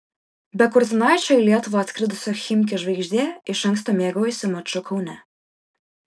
be kurtinaičio į lietuvą atskridusio chimki žvaigždė iš anksto mėgaujasi maču kaune